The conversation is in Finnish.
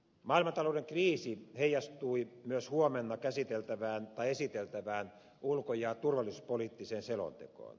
maailmantalouden kriisi heijastui myös huomenna esiteltävään ulko ja turvallisuuspoliittiseen selontekoon